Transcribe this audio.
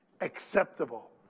acceptable